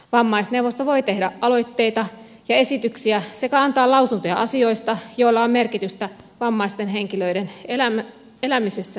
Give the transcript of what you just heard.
vammaisneuvosto voi tehdä aloitteita ja esityksiä sekä antaa lausuntoja asioista joilla on merkitystä vammaisten henkilöiden elämisessä ja suoriutumisessa